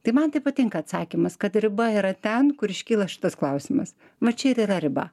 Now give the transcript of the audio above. tai man tai patinka atsakymas kad riba yra ten kur iškyla šitas klausimas va čia ir yra riba